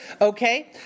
okay